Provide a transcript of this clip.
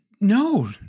no